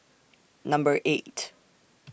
Number eight